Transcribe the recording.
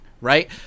right